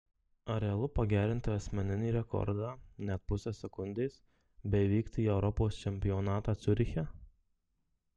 ar realu pagerinti asmeninį rekordą net pusę sekundės bei vykti į europos čempionatą ciuriche